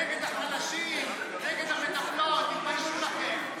נגד החלשים, נגד המטפלות, תתביישו לכם.